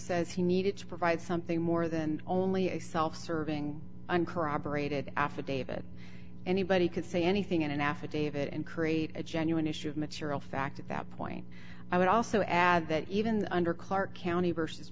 says he needed to provide something more than only a self serving uncorroborated affidavit anybody can say anything in an affidavit and create a genuine issue of material fact at that point i would also add that even under clark county v